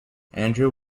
andrew